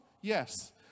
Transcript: Yes